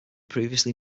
previously